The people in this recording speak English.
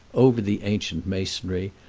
over the ancient masonry,